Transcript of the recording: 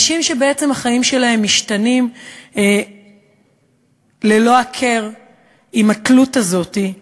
אנשים שהחיים שלהם משתנים ללא הכר עם התלות הזאת,